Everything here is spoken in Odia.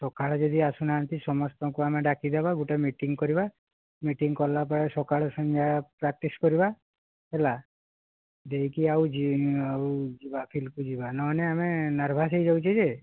ସକାଳେ ଯଦି ଆସୁ ନାହାଁନ୍ତି ସମସ୍ତଙ୍କୁ ଆମେ ଡାକିଦେବା ଗୋଟେ ମିଟିଙ୍ଗ୍ କରିବା ମିଟିଙ୍ଗ୍ କଲା ପରେ ସକାଳ ସନ୍ଧ୍ୟା ପ୍ରାକ୍ଟିସ୍ କରିବା ହେଲା ଯେ କି ଆଉ ଯେ ଆଉ ଆକିଲକୁ ଯିବା ନହେଲେ ଆମେ ନର୍ଭସ୍ ହୋଇଯାଉଛି ଯେ